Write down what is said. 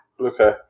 Okay